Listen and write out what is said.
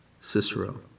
Cicero